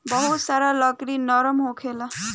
बहुत सारा लकड़ी नरम होखेला